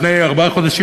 לפני ארבעה חודשים,